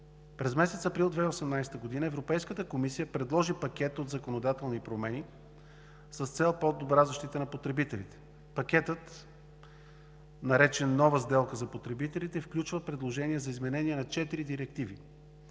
През месец април 2018 г. Европейската комисия предложи пакет от законодателни промени с цел по-добра защита на потребителите. Пакетът, наречен „Нова сделка за потребителите“, включва предложения за изменение на четири директиви